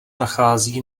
nachází